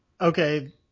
Okay